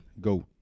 Go